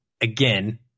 again